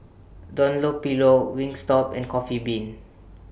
Dunlopillo Wingstop and Coffee Bean